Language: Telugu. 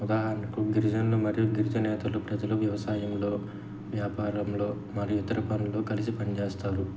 ఉదాహరణకు గిరిజనులు మరియు గిరిజన నేేతలు ప్రజలు వ్యవసాయంలో వ్యాపారంలో మరియు ఇతర పనులు కలిసి పని చేస్తారు